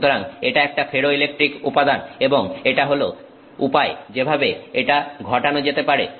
সুতরাং এটা একটা ফেরোইলেকট্রিক উপাদান এবং এটা হল উপায় যেভাবে এটা ঘটানো যেতে পারে